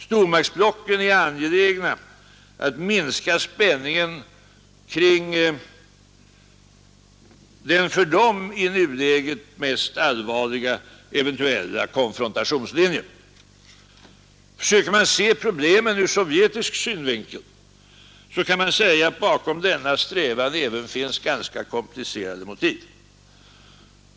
Stormaktsblocken är angelägna att minska spänningen kring den för dem i nuläget mest allvarliga eventuella konfrontationslinjen. Försöker man se problemen ur sovjetisk synvinkel, så kan man säga att bakom denna strävan även finns ganska komplicerade motiv.